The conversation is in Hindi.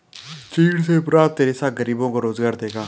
चीड़ से प्राप्त रेशा गरीबों को रोजगार देगा